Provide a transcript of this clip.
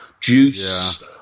Juice